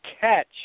catch